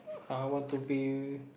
I want to be